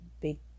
big